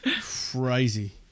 Crazy